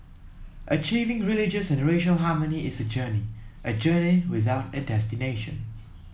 achieving religious and racial harmony is a journey a journey without a destination